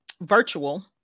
virtual